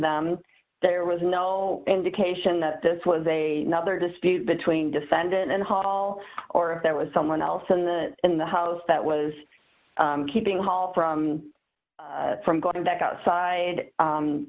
them there was no indication that this was a nother dispute between defendant and hall or if there was someone else in the in the house that was keeping hall from from going back outside